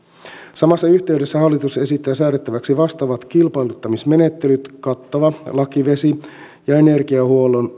samassa yhteydessä hallitus esittää säädettäväksi vastaavat kilpailuttamismenettelyt kattavan lain vesi ja energiahuollon